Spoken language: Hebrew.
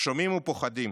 שומעים ופוחדים.